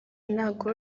ntabwo